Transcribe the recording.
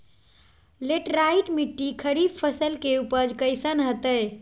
Laterite मिट्टी खरीफ फसल के उपज कईसन हतय?